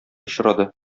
очрады